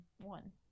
one